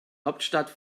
hauptstadt